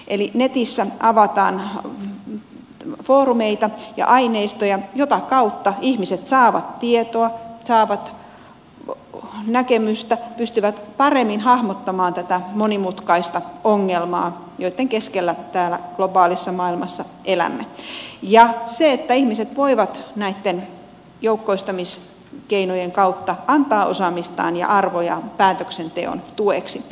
eli netissä avataan foorumeita ja aineistoja joiden kautta ihmiset saavat tietoa saavat näkemystä pystyvät paremmin hahmottamaan näitä monimutkaisia ongelmia joitten keskellä täällä globaalissa maailmassa elämme ja ihmiset voivat näitten joukkoistamiskeinojen kautta antaa osaamistaan ja arvojaan päätöksenteon tueksi